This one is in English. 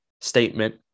statement